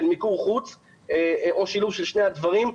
של מיקור חוץ או שילוב של שני הדברים.